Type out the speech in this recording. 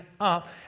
up